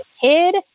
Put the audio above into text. kid